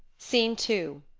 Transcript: scene two.